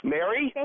Mary